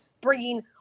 bringing